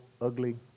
ugly